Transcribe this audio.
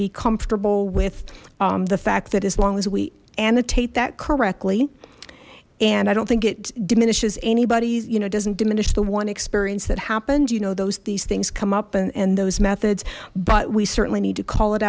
be comfortable with the fact that as long as we annotate that correctly and i don't think it diminishes anybody's you know doesn't diminish the one experience that happened you know those these things come up and those methods but we certainly need to call it